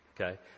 Okay